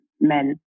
men